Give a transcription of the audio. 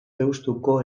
deustuko